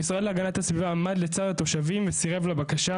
המשרד להגנת הסביבה עמד לצד התושבים וסירב לבקשה.